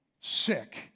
sick